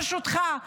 ברשותך,